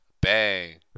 Bang